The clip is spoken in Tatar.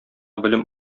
белем